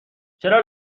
چرا